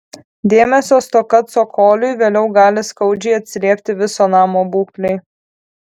dėmesio stoka cokoliui vėliau gali skaudžiai atsiliepti viso namo būklei